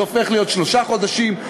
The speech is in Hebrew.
זה הופך להיות שלושה חודשים,